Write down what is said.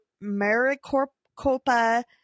Maricopa